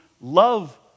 love